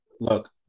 Look